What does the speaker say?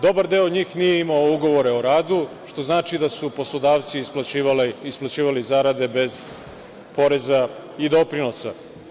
Dobar deo njih nije imao ugovore o radu, što znači da su poslodavci isplaćivali zarade bez poreza i doprinosa.